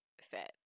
fit